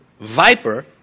viper